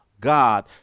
God